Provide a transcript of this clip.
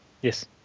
Yes